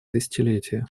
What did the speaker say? тысячелетия